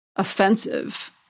Offensive